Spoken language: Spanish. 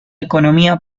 economía